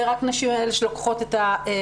ורק נשים הן אלה שלוקחות את המשרה